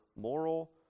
moral